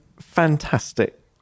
fantastic